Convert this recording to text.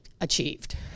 achieved